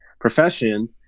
profession